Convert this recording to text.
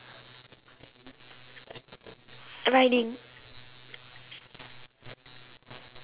riding